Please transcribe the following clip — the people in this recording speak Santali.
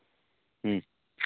ᱦᱮᱸ